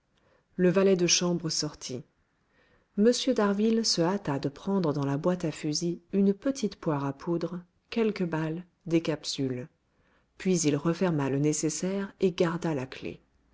le valet de chambre sortit m d'harville se hâta de prendre dans la boîte à fusils une petite poire à poudre quelques balles des capsules puis il referma le nécessaire et garda la clef